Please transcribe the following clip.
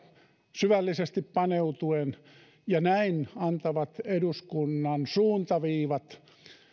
syvällisesti paneutuen ja näin antavat eduskunnan suuntaviivat